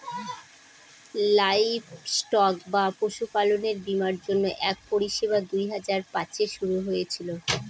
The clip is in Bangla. লাইভস্টক বা পশুপালনের বীমার জন্য এক পরিষেবা দুই হাজার পাঁচে শুরু হয়েছিল